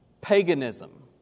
paganism